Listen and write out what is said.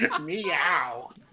Meow